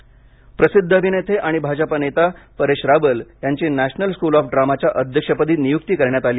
परेश रावल प्रसिद्ध अभिनेते आणि भाजप नेता परेश रावल यांची नॅशनल स्कूल ऑफ ड्रामाच्या अध्यक्षपदी नियुक्ती करण्यात आली